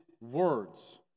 words